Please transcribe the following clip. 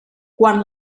quan